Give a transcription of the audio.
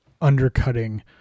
undercutting